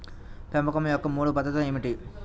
పెంపకం యొక్క మూడు పద్ధతులు ఏమిటీ?